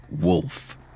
wolf